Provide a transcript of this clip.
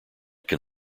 can